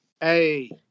Hey